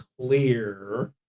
clear